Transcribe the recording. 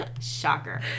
shocker